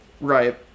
right